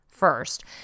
First